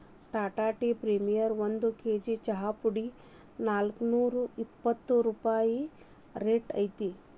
Tata tea premium ಒಂದ್ KG ಚಾಪುಡಿಗೆ ನಾಲ್ಕ್ನೂರಾ ಎಪ್ಪತ್ ರೂಪಾಯಿ ರೈಟ್ ಐತಿ